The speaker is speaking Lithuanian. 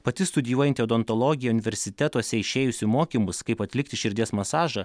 pati studijuojanti odontologiją universitetuose išėjusi mokymus kaip atlikti širdies masažą